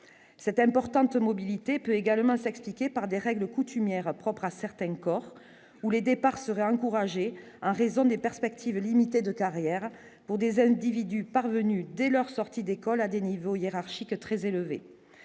Cette importante mobilité peut également s'expliquer par des règles coutumières propres à certaines corps ou les départs seraient encouragés en raison des perspectives limitées de carrière pour des individus parvenu dès leur sortie d'école, à des niveaux hiérarchiques très élevé,